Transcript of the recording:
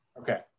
Okay